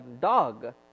dog